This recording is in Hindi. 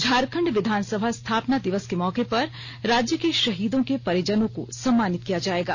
झारखंड विधानसभा स्थापना दिवस के मौके पर राज्य के शहीदों के परिजनों को सम्मानित किया जाएगा